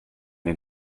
den